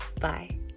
Bye